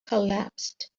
collapsed